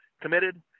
committed